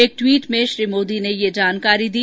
एक ट्वीट में श्री मोदी ने यह जानकारी दी